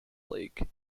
lake